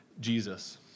Jesus